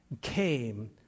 came